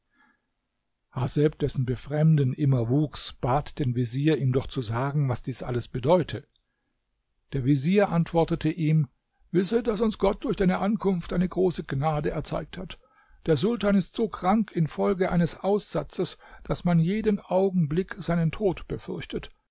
haseb dessen befremden immer wuchs bat den vezier ihm doch zu sagen was dies alles bedeute der vezier antwortete ihm wisse daß uns gott durch deine ankunft eine große gnade erzeigt hat der sultan ist so krank infolge eines aussatzes daß man jeden augenblick seinen tod befürchtet